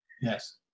yes